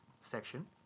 section